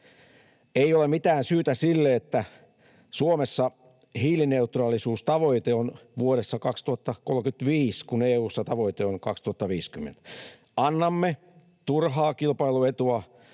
Ei ole mitään syytä siihen, että Suomessa hiilineutraalisuustavoite on vuodessa 2035, kun EU:ssa tavoite on 2050. Annamme turhaa kilpailuetua